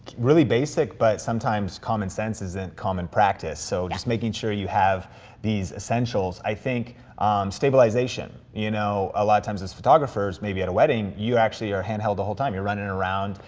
really basic, but sometimes common sense is and common practice, so just making sure you have these essentials, i think stabilization. you know, a lot of times, as photographers, maybe at a wedding, you actually are handheld the whole time, you're running around,